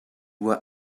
were